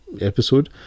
episode